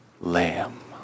lamb